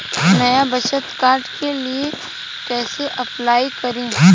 नया बचत कार्ड के लिए कइसे अपलाई करी?